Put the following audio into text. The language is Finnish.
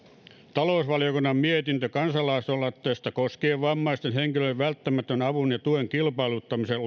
talousvaliokunnan mietintö kansalaisaloitteesta koskien vammaisten henkilöiden välttämättömän avun ja tuen kilpailuttamisen